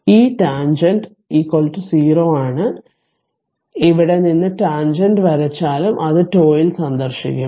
ഈ tangent t 0 ആണ് എവിടെ നിന്നു ടാൻജെന്റ് വരചാലും അത് τ ൽ സന്ദർശിക്കും